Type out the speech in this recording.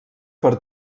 per